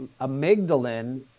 amygdalin